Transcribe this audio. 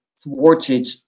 thwarted